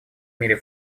мире